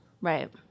Right